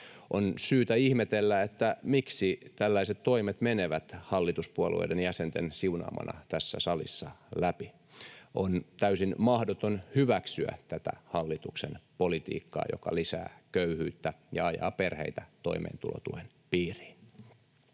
On syytä ihmetellä, miksi tällaiset toimet menevät hallituspuolueiden jäsenten siunaamina tässä salissa läpi. On täysin mahdoton hyväksyä tätä hallituksen politiikkaa, joka lisää köyhyyttä ja ajaa perheitä toimeentulotuen piiriin.